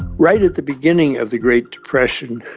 right at the beginning of the great depression,